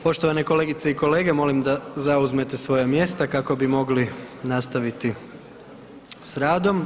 Poštovane kolegice i kolege molim da zauzmete svoja mjesta kako bi mogli nastaviti s radom.